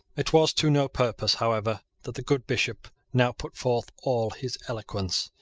it was to no purpose, however, that the good bishop now put forth all his eloquence.